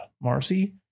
Marcy